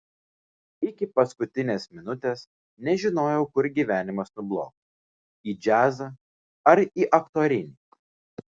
iki paskutinės minutės nežinojau kur gyvenimas nublokš į džiazą ar į aktorinį